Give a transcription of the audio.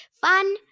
Fun